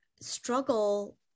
struggle